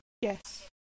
Yes